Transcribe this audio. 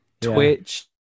Twitch